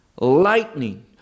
lightning